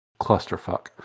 clusterfuck